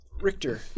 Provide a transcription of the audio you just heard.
Richter